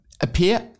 appear